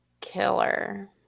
Killer